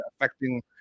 affecting